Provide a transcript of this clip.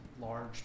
large